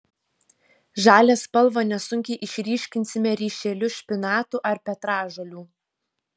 žalią spalvą nesunkiai išryškinsime ryšeliu špinatų ar petražolių